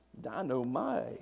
Dynamite